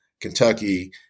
Kentucky